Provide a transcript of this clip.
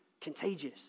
contagious